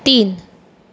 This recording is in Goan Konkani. तीन